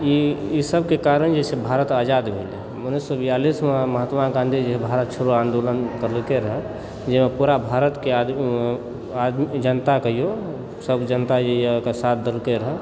ई ई सबके कारण जे छै भारत आजाद भेलै उन्नैस सए बियालिसमे महात्मा गाँधी जे भारत छोड़ो आन्दोलन कयने रहथि जाहिमे पूरा भारतके आदमी जनता कहियौ सब जनता जे यऽ ओकर साथ देलकै रहै